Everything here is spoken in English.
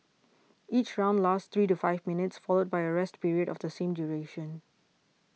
each round lasts three to five minutes followed by a rest period of the same duration